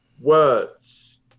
words